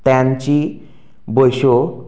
तांच्यो बसी